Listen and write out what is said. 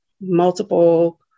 multiple